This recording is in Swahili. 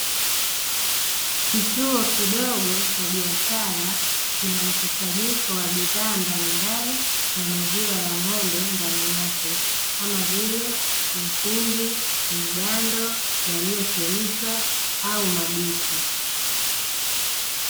Kituo kidogo cha biashara kinamkusanyiko wa bidhaa mbalimbali ya maziwa ya ng'ombe ndani yake kama vile mtindi, mgando, yaliyochemshwa au mabichi.